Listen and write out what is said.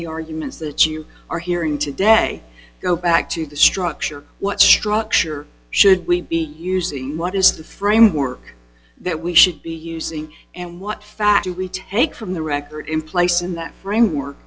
the arguments that you are hearing today go back to the structure what structure should we be using what is the framework that we should be using and what factor we take from the record in place in that framework